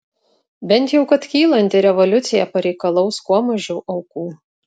bent jau kad kylanti revoliucija pareikalaus kuo mažiau aukų